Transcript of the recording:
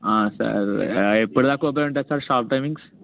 sir ఎప్పుడుదాకా open ఉంటుంది sir shop timings